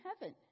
heaven